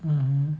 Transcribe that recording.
mmhmm